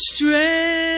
Strength